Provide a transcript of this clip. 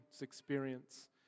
experience